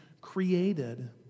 created